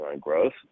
growth